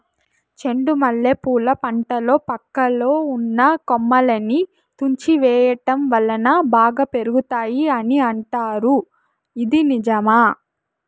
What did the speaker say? చెండు మల్లె పూల పంటలో పక్కలో ఉన్న కొమ్మలని తుంచి వేయటం వలన బాగా పెరుగుతాయి అని అంటారు ఇది నిజమా?